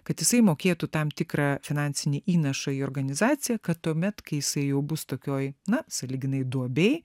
kad jisai mokėtų tam tikrą finansinį įnašą į organizaciją kad tuomet kai jisai jau bus tokioj na sąlyginai duobėj